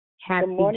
Happy